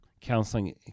Counseling